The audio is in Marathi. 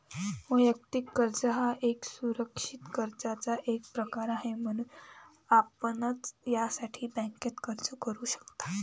वैयक्तिक कर्ज हा एक असुरक्षित कर्जाचा एक प्रकार आहे, म्हणून आपण यासाठी बँकेत अर्ज करू शकता